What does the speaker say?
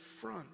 front